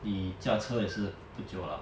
你驾车也是不久啦